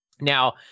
now